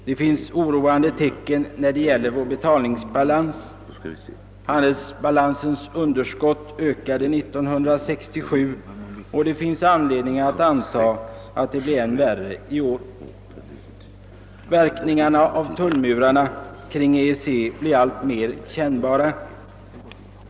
Det finns oroande tecken när det gäller vår betalningsbalans. Handelsbalansens underskott ökade 1967, och det finns anledning att anta att det blir än värre 1 år. Verkningarna av tullmurarna kring EEC blir alltmer kännbara.